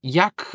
jak